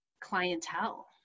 clientele